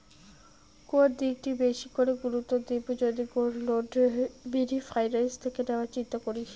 কোন দিকটা বেশি করে গুরুত্ব দেব যদি গোল্ড লোন মিনি ফাইন্যান্স থেকে নেওয়ার চিন্তা করি?